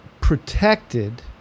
protected